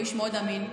הוא איש מאוד אמין,